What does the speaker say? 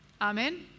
Amen